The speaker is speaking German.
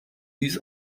dies